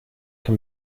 can